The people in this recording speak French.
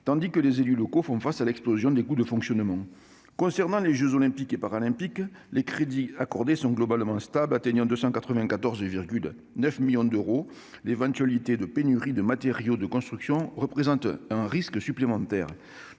tandis que les élus locaux font face à l'explosion des coûts de fonctionnement. Concernant les jeux Olympiques et Paralympiques, les crédits accordés sont globalement stables, atteignant 294,9 millions d'euros. L'éventualité de pénuries de matériaux de construction représente un risque supplémentaire.